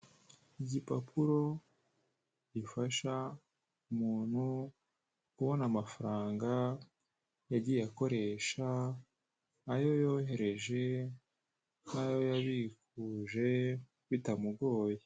Igipapuro gifasha umuntu kubona amafaranga yagiye akoresha, ayo yohereje n' ayo yabikuje bitamugoye.